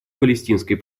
палестинской